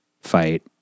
fight